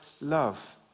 love